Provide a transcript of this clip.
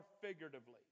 figuratively